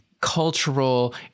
cultural